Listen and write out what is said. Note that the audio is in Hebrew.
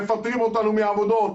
מפטרים אותנו מהעבודות.